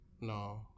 No